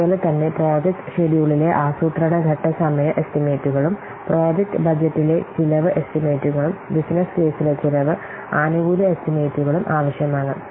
അതുപോലെ തന്നെ പ്രോജക്റ്റ് ഷെഡ്യൂളിലെ ആസൂത്രണ ഘട്ട സമയ എസ്റ്റിമേറ്റുകളും പ്രോജക്റ്റ് ബജറ്റിലെ ചെലവ് എസ്റ്റിമേറ്റുകളും ബിസിനസ്സ് കേസിലെ ചെലവ് ആനുകൂല്യ എസ്റ്റിമേറ്റുകളും ആവശ്യമാണ്